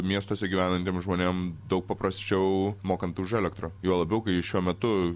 miestuose gyvenantiem žmonėm daug paprasčiau mokant už elektrą juo labiau kai šiuo metu